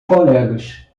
colegas